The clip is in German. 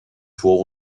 tor